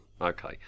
Okay